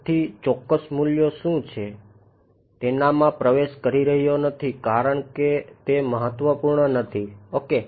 તેથી ચોક્કસ મૂલ્યો શું છે તેનામાં પ્રવેશ કરી રહ્યો નથી કારણ કે તે મહત્વપૂર્ણ નથી ઓકે